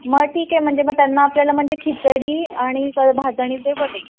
मग ठीक आहे म्हणजे मग त्यांना आपल्याला म्हणजे खिचडी आणि क भाजणीचे वडे